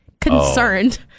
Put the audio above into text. concerned